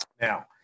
Now